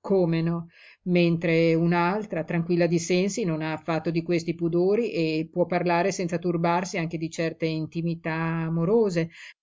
come no mentre un'altra tranquilla di sensi non ha affatto di questi pudori e può parlare senza turbarsi anche di certe intimità amorose